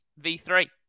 V3